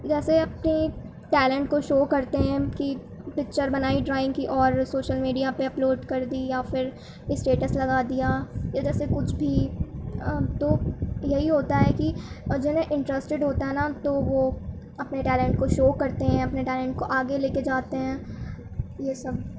جیسے آپ کی ٹیلنٹ کو شو کرتے ہیں کہ پکچر بنائی ڈرائنگ کی اور سوشل میڈیا پہ اپ لوڈ کر دی یا پھر اسٹیٹس لگا دیا یا جیسے کچھ بھی تو یہی ہوتا ہے کہ جنہیں انٹرسٹیڈ ہوتا ہے نا تو وہ اپنے ٹیلنٹ کو شو کرتے ہیں اپنے ٹیلنٹ کو آگے لے کے جاتے ہیں یہ سب